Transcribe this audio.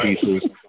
pieces